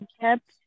kept